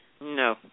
No